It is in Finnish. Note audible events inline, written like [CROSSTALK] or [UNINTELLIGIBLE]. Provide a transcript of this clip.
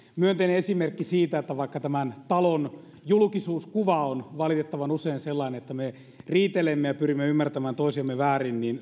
myönteinen esimerkki siitä että vaikka tämän talon julkisuuskuva on valitettavan usein sellainen että me riitelemme ja pyrimme ymmärtämään toisiamme väärin niin [UNINTELLIGIBLE]